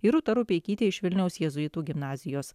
ir rūta rupeikytė iš vilniaus jėzuitų gimnazijos